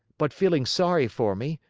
but feeling sorry for me,